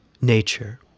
nature